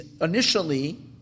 initially